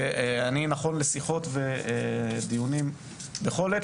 אני נכון לשיחות ודיונים בכל עת.